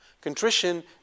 Contrition